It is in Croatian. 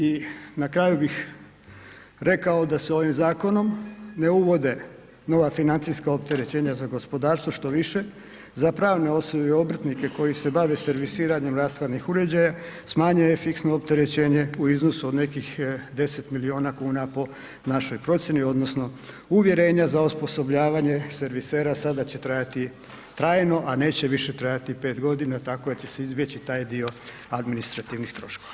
I na kraju bih rekao da se ovim zakonom ne uvode nova financijska opterećenja za gospodarstvo štoviše za pravne osobe i obrtnike koji se bave servisiranjem rashladnih uređaja smanjuje fiksno opterećenje u iznosu od nekih 10 milijuna kuna po našoj procjeni odnosno uvjerenja za osposobljavanje servisera sada će trajati trajno, a neće više trajati 5 godina tako da će se izbjeći taj dio administrativnih troškova.